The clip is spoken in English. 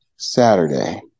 Saturday